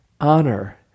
honor